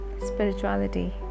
spirituality